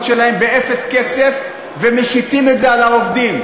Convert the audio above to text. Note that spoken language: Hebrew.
שלהם באפס כסף ומשיתים את זה על העובדים.